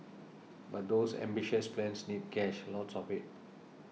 but those ambitious plans need cash lots of it